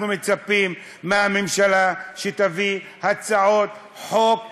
אנחנו מצפים מהממשלה שתביא הצעות חוק לבנייה,